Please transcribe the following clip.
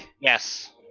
Yes